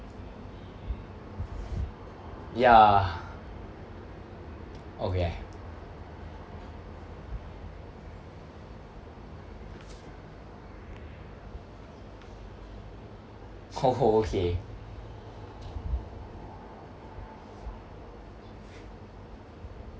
ya okay oh oh okay